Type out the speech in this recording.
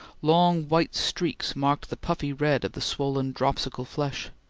long white streaks marked the puffy red of the swollen, dropsical flesh.